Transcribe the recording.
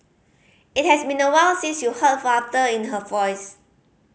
it has been awhile since you heard laughter in her voice